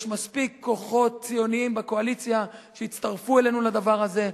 יש מספיק כוחות ציוניים בקואליציה שיצטרפו אלינו לדבר הזה.